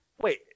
wait